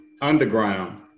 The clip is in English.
Underground